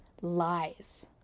lies